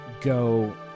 go